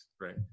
right